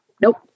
Nope